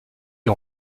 des